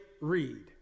read